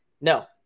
No